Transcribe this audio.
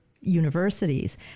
universities